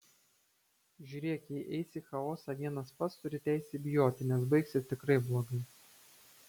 žiūrėk jei eisi į chaosą vienas pats turi teisę bijoti nes baigsis tikrai blogai